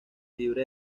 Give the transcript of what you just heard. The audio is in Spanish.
libre